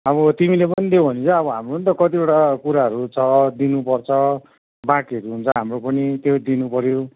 अब तिमीले पनि दियौँ भने चाहिँ हाम्रो नि त कतिवटा कुराहरू छ दिनुपर्छ बाँकीहरू हुन्छ हाम्रो पनि त्यो दिनुपऱ्यो